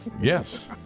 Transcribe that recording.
Yes